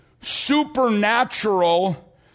supernatural